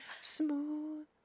smooth